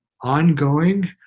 ongoing